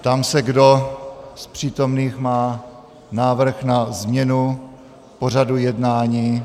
Ptám se, kdo z přítomných má návrh na změnu pořadu jednání.